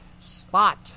spot